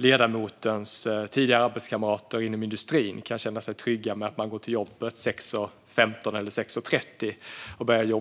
Ledamotens tidigare arbetskamrater inom industrin ska kunna gå till jobbet klockan 6.15 eller 6.30 och känna sig trygga